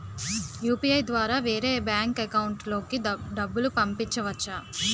UPI ద్వారా వేరే bank account లోకి డబ్బులు పంపించవచ్చా?